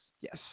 Yes